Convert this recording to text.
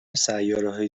سیارههای